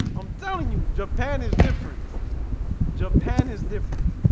i'm telling you japan is different japan is different.